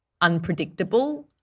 unpredictable